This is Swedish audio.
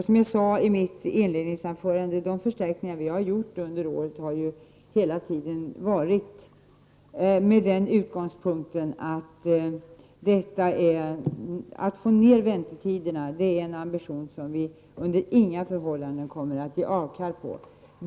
Som jag sade i mitt inledningsanförande har utgångspunkten för de förstärkningar som vi har gjort under året hela tiden varit att vi måste eftersträva att väntetiderna kan kortas, och det är en ambition som vi under inga förhållanden kommer att avstå från.